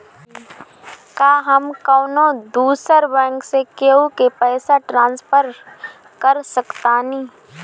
का हम कौनो दूसर बैंक से केहू के पैसा ट्रांसफर कर सकतानी?